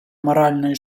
моральної